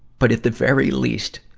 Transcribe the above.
but at the very least,